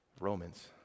romans